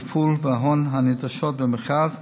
התפעול וההון הנדרשות במכרז,